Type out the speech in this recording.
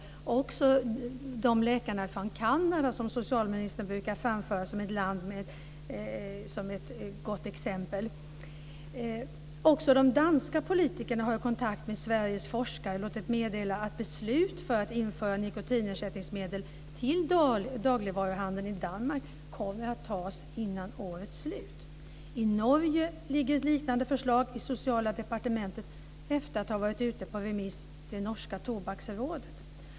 Det gäller också läkare från Kanada, det land som socialministern brukar framföra som ett gott exempel. Också danska politiker har i kontakt med svenska forskare låtit meddela att beslut för att införa nikotinersättningsmedel i dagligvaruhandeln i Danmark kommer att fattas innan årets slut. I Norge ligger ett liknande förslag i det sociala departementet efter att ha varit ute på remiss till det norska tobaksrådet.